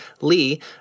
Lee